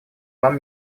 вам